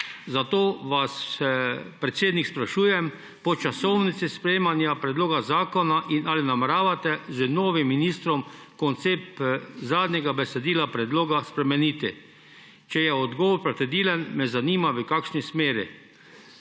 Zato vas, predsednik, sprašujem po časovnici sprejemanja predloga zakona. Ali nameravate z novim ministrom koncept zadnjega besedila predloga spremeniti? Če je odgovor pritrdilen, me zanima: V kakšni smeri